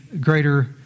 greater